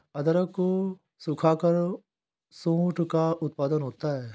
अदरक को सुखाकर सोंठ का उत्पादन होता है